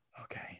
okay